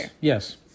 yes